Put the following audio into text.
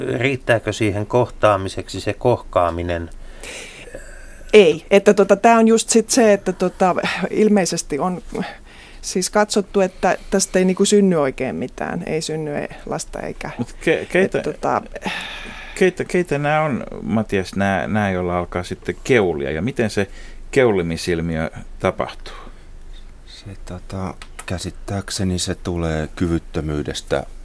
Riittääkö siihen kohtaamiseksi se kohkaaminen? Ei. Että tota, tää on just sit se, että tota, ilmeisesti on siis katsottu, että tästä ei niinku synny oikein mitään. Ei synny e- lasta eikä- Mut ke- et keitä- tota, keitä- keitä nää on, Matias, nää- nää, joilla alkaa sitten keulia? Ja miten se keulimisilmiö tapahtuu? Se tota, käsittääkseni se tulee kyvyttömyydestä